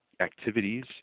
activities